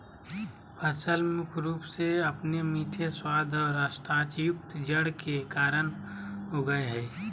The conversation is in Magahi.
फसल मुख्य रूप से अपने मीठे स्वाद और स्टार्चयुक्त जड़ के कारन उगैय हइ